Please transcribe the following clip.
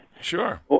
Sure